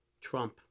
Trump